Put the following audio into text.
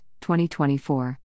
2024